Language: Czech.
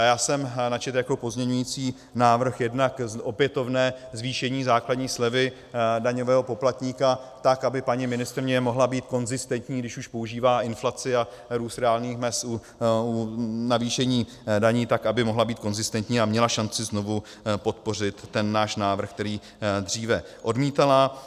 Já jsem načetl jako pozměňující návrh jednak opětovné zvýšení základní slevy daňového poplatníka tak, aby paní ministryně mohla být konzistentní, když už používá inflaci a růst reálných mezd u navýšení daní, tak aby mohla být konzistentní a měla šanci znovu podpořit ten náš návrh, který dříve odmítala.